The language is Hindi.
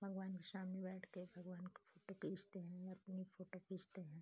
भगवान के सामने बैठ कर भगवान का फ़ोटो खींचते हैं अपनी फ़ोटो खींचते हैं